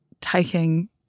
taking